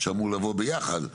שאמור לבוא ביחד,